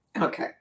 Okay